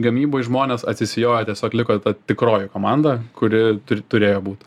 gamyboj žmonės atsisijojo tiesiog liko ta tikroji komanda kuri turi turėjo būt